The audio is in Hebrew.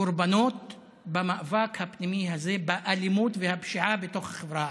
קורבנות במאבק הפנימי הזה באלימות והפשיעה בתוך החברה הערבית.